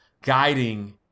guiding